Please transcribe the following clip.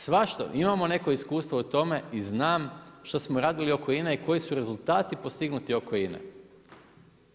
Svašta, imamo neko iskustvo u tome i znam šta smo radili oko INA-e i koji su rezultati postignuti oko INA-e.